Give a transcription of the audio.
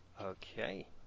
Okay